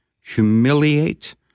humiliate